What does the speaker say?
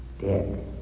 Dead